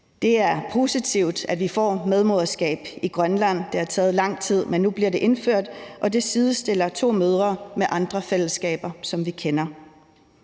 Det er positivt, at vi får medmoderskab i Grønland. Det har taget lang tid, men nu bliver det indført. Det sidestiller to mødre med andre fællesskaber, som vi kender.